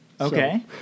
Okay